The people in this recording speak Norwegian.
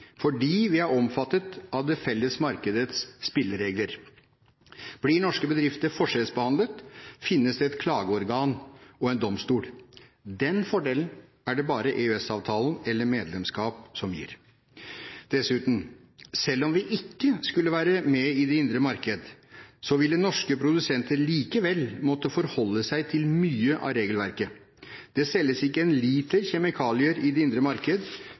fordi vi er omfattet av det felles markedets spilleregler. Blir norske bedrifter forskjellsbehandlet, finnes det et klageorgan og en domstol. Den fordelen er det bare EØS-avtalen, eller medlemskap, som gir. Dessuten: Selv om vi ikke skulle være med i det indre marked, ville norske produsenter likevel måtte forholde seg til mye av regelverket. Det selges ikke én liter kjemikalier i det indre marked